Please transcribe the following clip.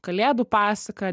kalėdų pasaką